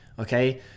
okay